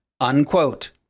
Unquote